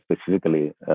specifically